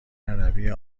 عربی